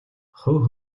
хувь